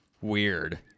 Weird